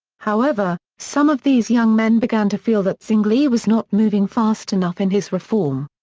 however, some of these young men began to feel that zwingli was not moving fast enough in his reform.